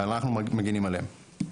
אנחנו מגנים עליהם.